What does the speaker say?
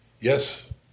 Yes